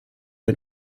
ein